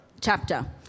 chapter